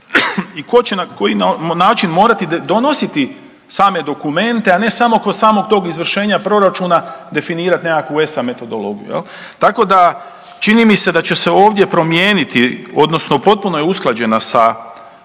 i ko će na koji način morati donositi same dokumente a ne samo kod tog izvršenja proračuna definirati nekakvu ESA metodologiju, jel. Tako da čini mi se da će ovdje promijeniti odnosno potpuno je usklađena sa